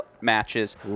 matches